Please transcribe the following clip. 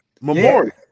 Memorial